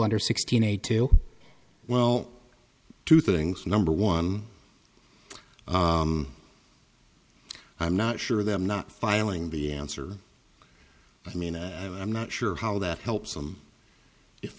under sixteen eight to well two things number one i'm not sure that i'm not filing the answer i mean i'm not sure how that helps them if